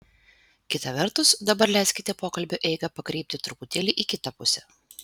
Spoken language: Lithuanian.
kita vertus dabar leiskite pokalbio eigą pakreipti truputėlį į kitą pusę